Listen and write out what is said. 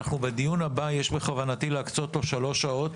בדיון הבא יש בכוונתי להקצות לו שלוש שעות,